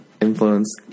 influence